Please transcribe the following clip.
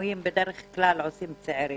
ושינויים מובלים בדרך כלל על ידי צעירים.